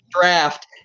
draft